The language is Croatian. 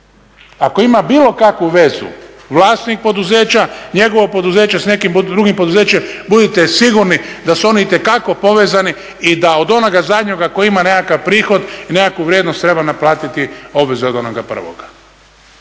Ako ima bilo kakvu vezu vlasnik poduzeća njegovo poduzeće s nekim drugim poduzećem budite sigurni da se ona itekako povezani i da od onoga zadnjega koji ima nekakav prihod i nekakvu vrijednost treba naplatiti obveze od onoga prvoga.